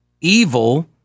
evil